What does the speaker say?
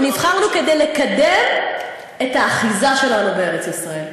ונבחרנו כדי לקדם את האחיזה שלנו בארץ-ישראל.